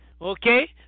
okay